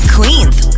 Queen's